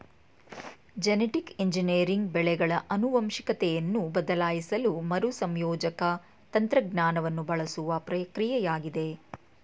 genetic engineering ಬೆಳೆಗಳ ಆನುವಂಶಿಕತೆಯನ್ನು ಬದಲಾಯಿಸಲು ಮರುಸಂಯೋಜಕ ತಂತ್ರಜ್ಞಾನವನ್ನು ಬಳಸುವ ಪ್ರಕ್ರಿಯೆಯಾಗಿದೆ